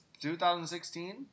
2016